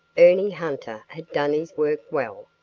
ernie hunter had done his work well.